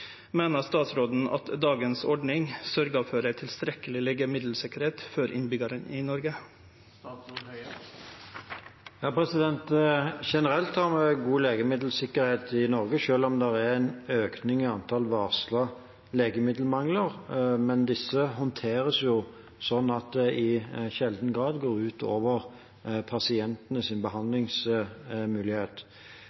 statsråden at dagens ordning sørgjer for ei tilstrekkeleg legemiddelsikkerheit for innbyggjarane i Noreg? Generelt har vi god legemiddelsikkerhet i Norge, selv om det er en økning i antall varslede legemiddelmangler. Men dette håndteres slik at det sjelden går ut over